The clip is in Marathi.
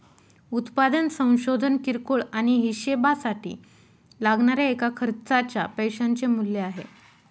उत्पादन संशोधन किरकोळ आणि हीशेबासाठी लागणाऱ्या एका खर्चाच्या पैशाचे मूल्य आहे